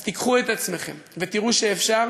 אז תיקחו את עצמכם ותראו שאפשר,